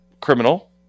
criminal